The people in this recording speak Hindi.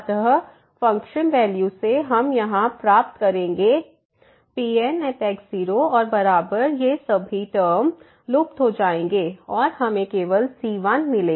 अतः फंक्शनल वैल्यू से हम यहाँ प्राप्त करेंगे Pn x0और बराबर ये सभी टर्म लुप्त हो जाएंगे और हमें केवल c1मिलेगा